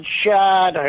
shot